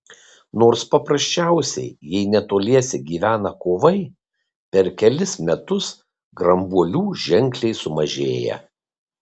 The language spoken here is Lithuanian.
nors paprasčiausiai jei netoliese gyvena kovai per kelis metus grambuolių ženkliai sumažėja